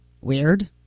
Weird